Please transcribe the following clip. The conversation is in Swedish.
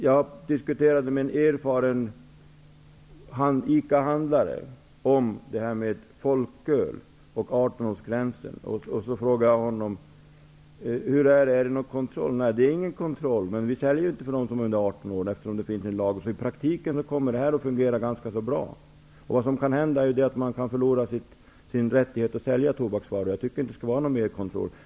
Jag diskuterade med en erfaren ICA-handlare 18 årsgränsen vid försäljning av folköl. Jag frågade honom hur det var med kontrollen. Han svarade: Det är ingen kontroll, men vi säljer inte till dem som är under 18 år, eftersom det finns en lag. Jag tror att det här i praktiken kommer att fungera ganska så bra. Vad som kan hända är att man kan förlora sin rättighet att sälja tobaksvaror. Jag tycker inte att det skall vara någon mer kontroll.